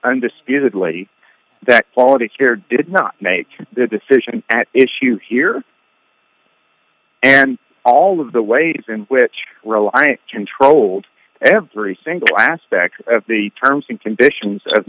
undisputed lady that quality of care did not make the decision at issue here and all of the ways in which row i controlled every single aspect of the terms and conditions of